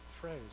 phrase